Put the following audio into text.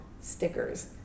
stickers